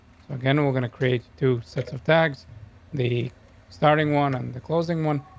again, we're gonna create two sets of tags the starting one and the closing one.